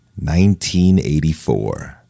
1984